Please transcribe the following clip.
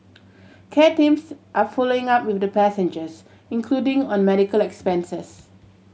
care teams are following up with the passengers including on medical expenses